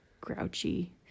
grouchy